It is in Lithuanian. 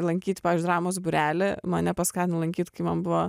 lankyt dramos būrelį mane paskatino lankyt kai man buvo